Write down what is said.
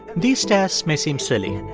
these tests may seem silly,